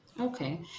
Okay